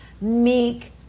meek